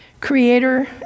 creator